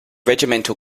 regimental